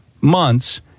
months